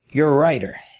you're a writer.